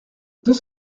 deux